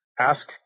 ask